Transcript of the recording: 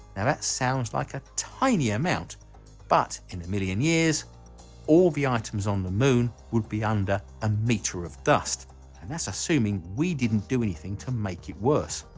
now that sounds like a tiny amount but in a million years all the items on the moon would be under a meter of dust and that's assuming we didn't do anything to make it worse.